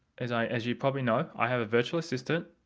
as i as you probably know, i have a virtual assistant,